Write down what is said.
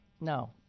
No